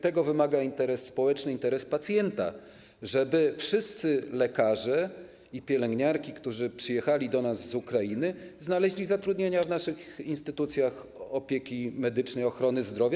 Tego wymaga interes społeczny, interes pacjenta, żeby wszyscy lekarze i pielęgniarki, którzy przyjechali do nas z Ukrainy, znaleźli zatrudnienie w naszych instytucjach opieki medycznej, ochrony zdrowia.